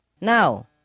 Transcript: Now